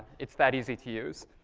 it's that easy to use.